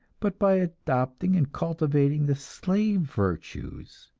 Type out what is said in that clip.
but by adopting and cultivating the slave virtues,